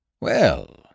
Well